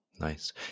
Nice